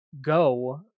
Go